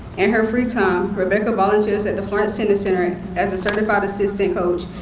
and her free time, rebecca volunteers at the florence tennis center as a certified assistant coach,